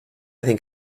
think